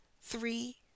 three